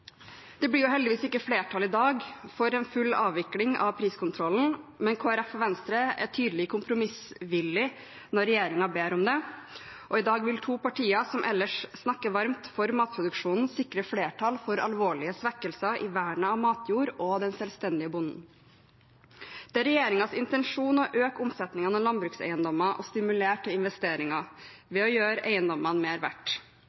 Det blir heldigvis ikke flertall i dag for en full avvikling av priskontrollen, men Kristelig Folkeparti og Venstre er tydelig kompromissvillige når regjeringen ber om det. I dag vil to partier som ellers snakker varmt for matproduksjonen, sikre flertall for alvorlige svekkelser i vernet av matjorda og den selvstendige bonden. Det er regjeringens intensjon å øke omsetningen av landbrukseiendommer og stimulere til investeringer ved å gjøre eiendommene mer verdt.